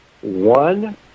one